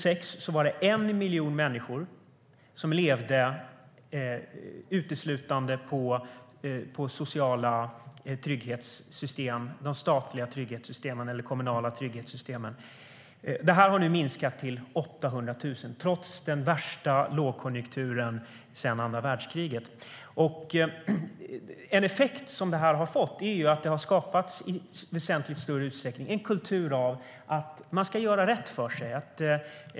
Det var 1 miljon människor 2006 som levde uteslutande på de statliga eller kommunala sociala trygghetssystemen. Det antalet har nu minskat till 800 000, trots den värsta lågkonjunkturen sedan andra världskriget. En effekt som detta har fått är att det i väsentligt större utsträckning har skapats en kultur av att man ska göra rätt för sig.